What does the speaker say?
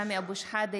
סמי אבו שחאדה,